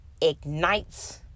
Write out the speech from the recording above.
ignites